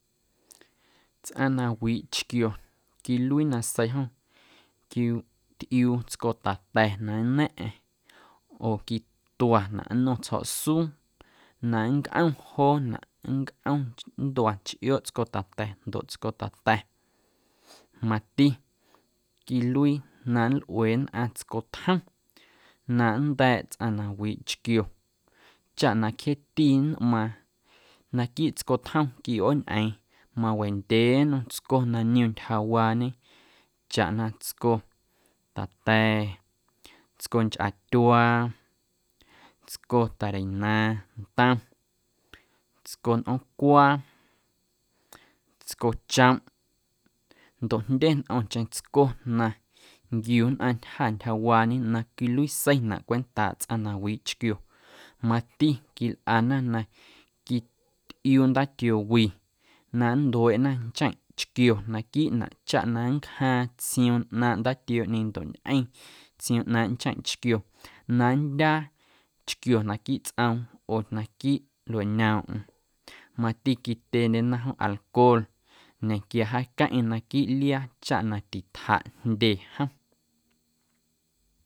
Tsꞌaⁿ na wiiꞌ chquio quiluii nasei jom quiutꞌiuu tsco tata̱ na nna̱ⁿꞌa̱ⁿ oo quituanaꞌ nnom tsjo̱ꞌsuu na nncꞌom joonaꞌ nncꞌom nntua nchꞌiooꞌ tsꞌoom tata̱ ndoꞌ tsco ta̱ta̱, mati quiluii na nlꞌuee nnꞌaⁿ tscotjom na nnda̱a̱ꞌ tsꞌaⁿ na wiiꞌ chquio chaꞌ na cjeeti nꞌmaaⁿ naquiiꞌ tscotjom quiꞌooñꞌeeⁿ mawendyee nnom tsco na niom ntyjawaañe chaꞌ na tsco tata̱, tsco nchꞌatyuaa, tsco ta̱reinaaⁿ ntom, tsco nꞌoomcwaa, tscochomꞌ ndoꞌ jndye ntꞌomcheⁿ tsco na nquiu nnꞌaⁿ ntyjâ ntyjawaañe na quiluiseinaꞌ cwentaaꞌ tsꞌaⁿ na wiiꞌ chquio, mati quilꞌana na nntꞌiuu ndaatioo wi na nntueeꞌnaꞌ ncheⁿꞌ chquio naquiiꞌnaꞌ chaꞌ na nncjaaⁿ tsioom ꞌnaaⁿꞌ ndaatiooꞌñeeⁿ ndoꞌ ñꞌeⁿ tsioom ꞌnaaⁿꞌ ncheⁿꞌ chquio na nndyaa chquio naquiiꞌ tsꞌoom oo naquiiꞌ lueꞌñoomꞌm, mati quityeendyena jom alcohol ñenquia jaaqueⁿꞌeⁿ naquiiꞌ liaa chaꞌ na titjaꞌ jndye jom.